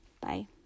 Bye